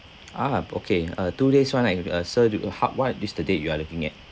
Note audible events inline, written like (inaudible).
(noise) ah okay uh two days one night sir do uh how what is the date you are looking at